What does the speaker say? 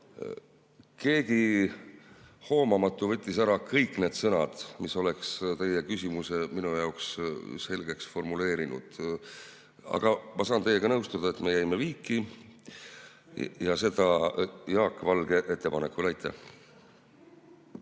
Keegi hoomamatu võttis ära kõik need sõnad, mis oleks teie küsimuse minu jaoks selgeks formuleerinud. Aga ma saan teiega nõustuda, et me jäime viiki ja seda Jaak Valge ettepanekul.